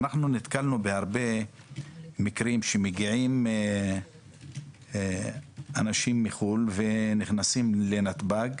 אנחנו נתקלנו בהרבה מקרים שמגיעים אנשים מחו"ל ונכנסים לנתב"ג,